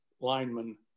lineman